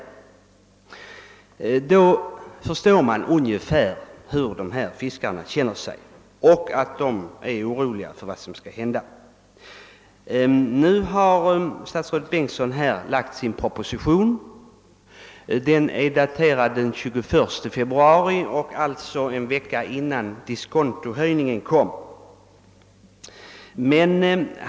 Man kan förstå hur fiskarna känner sig under sådana här förhållanden och att de är oroliga för vad som skall hända. — Nu har statsrådet Bengtsson framlagt sin proposition. Den är daterad den 21 februari, alltså en vecka innan diskontohöjningen genomfördes.